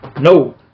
No